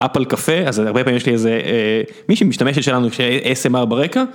אפל קפה, אז הרבה פעמים יש לי איזה, מי משתמשת שלנו שיש ASMR ברקע.